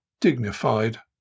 dignified